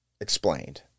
explained